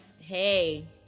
hey